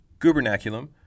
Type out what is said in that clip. gubernaculum